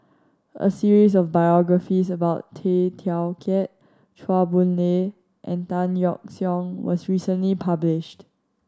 a series of biographies about Tay Teow Kiat Chua Boon Lay and Tan Yeok Seong was recently published